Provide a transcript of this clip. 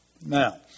Now